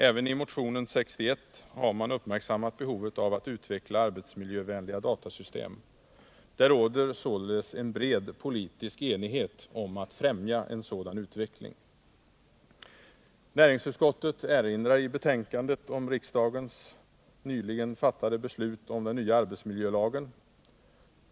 Även i motionen 61 har man uppmärksammat behovet av att utveckla arbetsmiljövänliga datasystem. Det råder således en bred politisk enighet om att främja en sådan utveckling. Näringsutskottet erinrar i betänkandet om riksdagens nyligen fattade beslut om den nya arbetsmiljölagen.